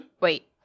Wait